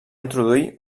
introduir